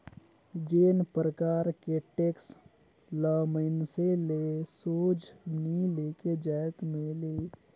जेन परकार के टेक्स ल मइनसे ले सोझ नी लेके जाएत में ले जाथे ए परकार कर टेक्स ल इनडायरेक्ट टेक्स कर नांव ले जानल जाथे